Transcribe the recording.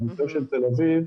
בנושא של תל אביב,